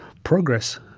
progress